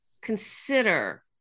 consider